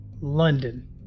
London